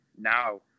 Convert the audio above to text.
now